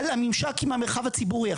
על הממשק עם המרחב הציבורי.